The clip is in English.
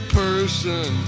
person